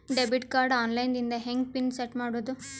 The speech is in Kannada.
ಡೆಬಿಟ್ ಕಾರ್ಡ್ ಆನ್ ಲೈನ್ ದಿಂದ ಹೆಂಗ್ ಪಿನ್ ಸೆಟ್ ಮಾಡೋದು?